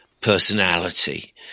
personality